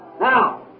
Now